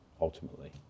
ultimately